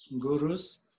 gurus